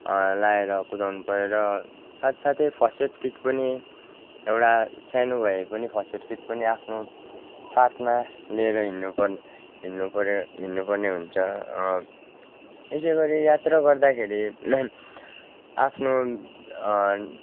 लाएर कुदाउनु पऱ्यो र साथ साथै फस्टएड किट पनि एउटा सानो भए पनि फस्टएड किट पनि आफ्नो साथमा लिएर हिड्नु पर्ने हुन्छ यसैगरी यात्रा गर्दाखेरि आफ्नो